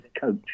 coach